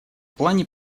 плане